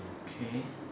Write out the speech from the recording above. okay